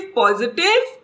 positive